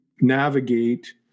navigate